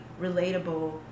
relatable